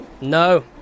No